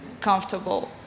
comfortable